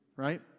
right